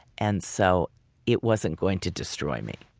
and so it wasn't going to destroy me